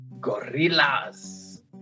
gorillas